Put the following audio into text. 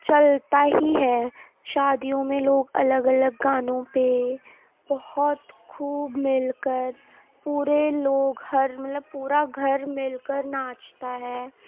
چلتا ہی ہے شادیوں میں لوگ الگ الگ گانوں پہ بہت خوب مل کر پورے لوگ ہر مطلب پورا گھر مل کر ناچتا ہے